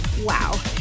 wow